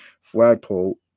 flagpole